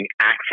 access